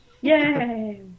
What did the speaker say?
Yay